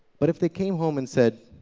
but if they came home and said,